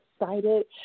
excited